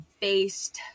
based